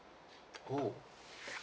oh